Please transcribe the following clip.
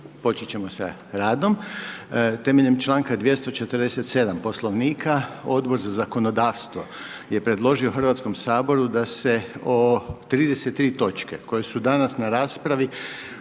Počet ćemo sa radom. Temeljem članka 247. Poslovnika, Odbor za zakonodavstvo je predložio Hrvatskom saboru da se 33 točke koje su danas na raspravi,